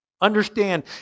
Understand